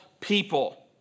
people